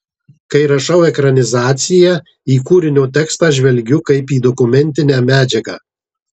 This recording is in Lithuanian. kai rašau ekranizaciją į kūrinio tekstą žvelgiu kaip į dokumentinę medžiagą